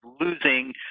losing